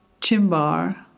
Chimbar